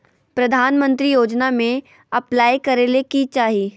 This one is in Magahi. प्रधानमंत्री योजना में अप्लाई करें ले की चाही?